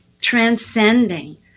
Transcending